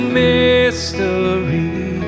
mystery